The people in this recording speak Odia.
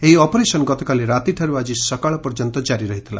ଏହି ଅପରେସନ୍ ଗତକାଲି ରାତିଠାରୁ ଆକି ସକାଳ ପର୍ଯ୍ୟନ୍ତ ଜାରି ରହିଥିଲା